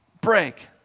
break